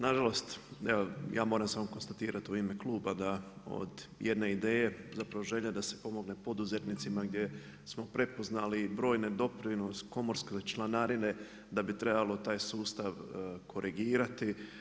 Nažalost, evo ja moram samo konstatirati u ime kluba da od jedne ideje, zapravo želje da se pomogne poduzetnicima, gdje smo prepoznali, broj … komorske članarine, da bi trebalo taj sustav korigirati.